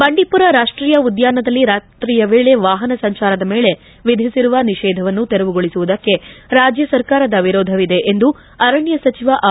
ಬಂಡೀಪುರ ರಾಷ್ಷೀಯ ಉದ್ಯಾನದಲ್ಲಿ ರಾತ್ರಿಯ ವೇಳೆ ವಾಹನ ಸಂಚಾರದ ಮೇಲೆ ವಿಧಿಸಿರುವ ನಿಷೇಧವನ್ನು ತೆರವುಗೊಳಿಸುವುದಕ್ಕೆ ರಾಜ್ಯ ಸರ್ಕಾರದ ವಿರೋಧವಿದೆ ಎಂದು ಅರಣ್ಯ ಸಚಿವ ಆರ್